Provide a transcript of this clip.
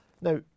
now